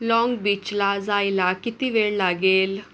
long बीचला जायला किती वेळ लागेल